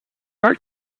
art